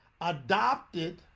adopted